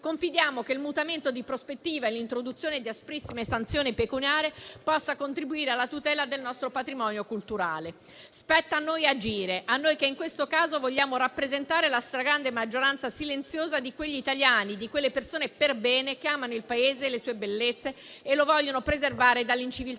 Confidiamo che il mutamento di prospettiva e l'introduzione di asprissime sanzioni pecuniarie possa contribuire alla tutela del nostro patrimonio culturale. Spetta a noi agire, a noi che in questo caso vogliamo rappresentare la stragrande maggioranza silenziosa di quegli italiani, di quelle persone per bene che amano il Paese e le sue bellezze e lo vogliono preservare dall'inciviltà